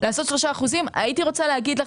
אבל לעשות 3% הייתי רוצה להגיד לך,